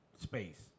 space